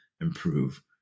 improve